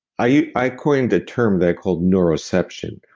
i i coined the term that i call neuroception,